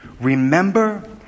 Remember